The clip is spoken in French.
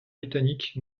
britannique